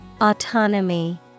Autonomy